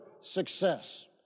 success